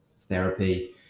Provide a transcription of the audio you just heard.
therapy